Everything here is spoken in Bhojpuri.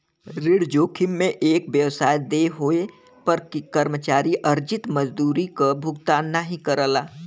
ऋण जोखिम में एक व्यवसाय देय होये पर कर्मचारी अर्जित मजदूरी क भुगतान नाहीं करला